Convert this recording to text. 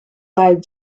lied